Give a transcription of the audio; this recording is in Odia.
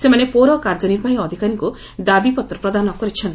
ସେମାନେ ପୌର କାର୍ଯ୍ୟନିବାହୀ ଅଧିକାରୀଙ୍କୁ ଦାବିପତ୍ର ପ୍ରଦାନ କରିଛନ୍ତି